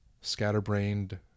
scatterbrained